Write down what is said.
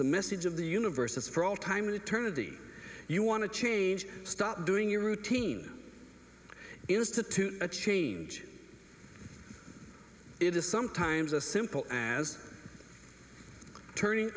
the message of the universe is for all time and eternity you want to change stop doing your routine institute a change it is sometimes a simple as turning